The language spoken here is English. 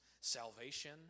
salvation